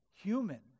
Human